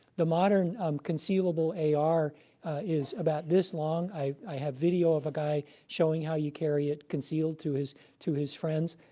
the modern um concealable ar is about this long. i have video of a guy showing how you carry it concealed to his to his friends.